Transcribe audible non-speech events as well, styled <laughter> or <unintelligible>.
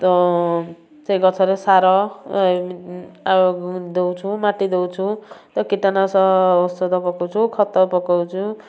ତ ସେ ଗଛରେ ସାର <unintelligible> ଆଉ ଦେଉଛୁ ମାଟି ଦେଉଛୁ ତ କୀଟନାଶ ଔଷଧ ପକାଉଛୁ ଖତ ପକାଉଛୁ